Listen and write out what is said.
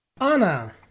Anna